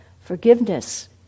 Forgiveness